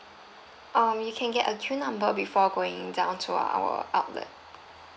um you can get a queue number before going down to our outlet